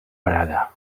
parada